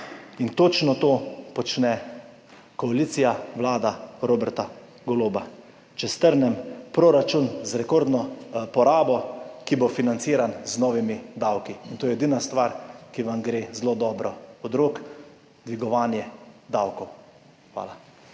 In točno to počne koalicija, vlada Roberta Goloba. Če strnem, proračun z rekordno porabo, ki bo financiran z novimi davki. To je edina stvar, ki vam gre zelo dobro od rok – dvigovanje davkov. Hvala.